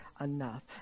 enough